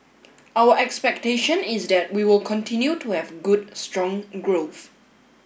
our expectation is that we will continue to have good strong growth